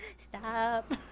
stop